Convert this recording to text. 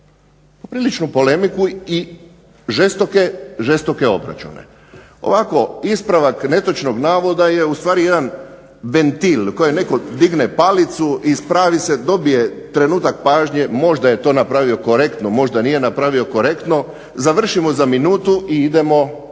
popriličnu polemiku i žestoke obračune. Ovako ispravak netočnog navoda je ustvari jedan ventil u kojem netko digne palicu, ispravi se, dobije trenutak pažnje možda je to napravio korektno, možda nije napravio korektno, završimo za minutu i idemo